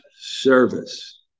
service